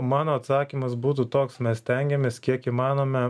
mano atsakymas būtų toks mes stengiamės kiek įmanome